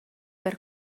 per